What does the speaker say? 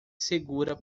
segura